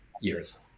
years